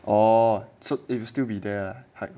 or or so it will still be there high